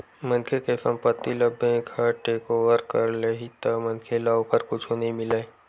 मनखे के संपत्ति ल बेंक ह टेकओवर कर लेही त मनखे ल ओखर कुछु नइ मिलय